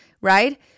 right